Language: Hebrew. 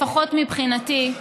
לפחות מבחינתי,